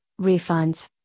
refunds